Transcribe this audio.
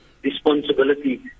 responsibility